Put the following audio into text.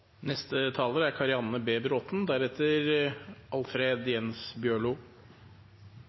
neste taler er Alfred Jens Bjørlo.